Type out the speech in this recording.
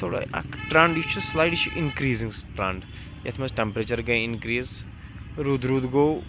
تھوڑا اَکھ ٹرینٛڈ یہِ چھُ سلایڈ یہِ چھُ اِنکریٖزِنٛگ ٹریٚنٛڈ یَتھ منٛز ٹٮ۪مپریچَر گٔے اِنکریٖز روٗد روٗد گوٚو